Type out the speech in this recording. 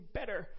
better